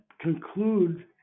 conclude